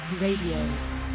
Radio